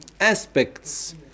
aspects